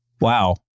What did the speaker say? Wow